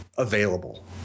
available